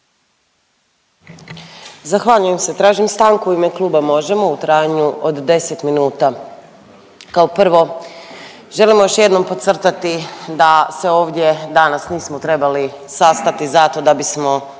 Zahvaljujem se. Tražim stanku u ime kluba Možemo u trajanju od 10 minuta. Kao prvo želimo još jednom podcrtati da se ovdje danas nismo trebali sastati zato da bismo